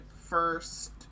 first